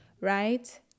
right